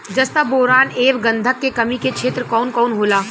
जस्ता बोरान ऐब गंधक के कमी के क्षेत्र कौन कौनहोला?